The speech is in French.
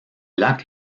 lac